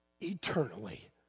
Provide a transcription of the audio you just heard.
eternally